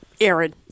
Aaron